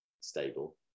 stable